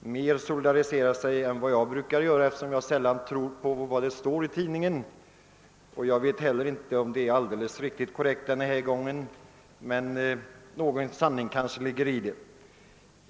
mera solidariserar sig med än vad jag gör, eftersom jag sällan tror vad som står i denna tidning. Jag vet inte om det är alldeles korrekt den här gången heller, men någon sanning ligger det kanske i det.